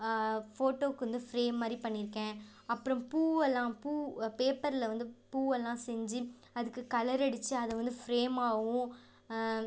ஃபோட்டோவுக்கு வந்து ஃப்ரேம் மாதிரி பண்ணியிருக்கேன் அப்புறம் பூ எல்லாம் பூ பேப்பரில் வந்து பூ எல்லாம் செஞ்சு அதுக்கு கலர் அடித்து அதை வந்து ஃப்ரேமாகவும்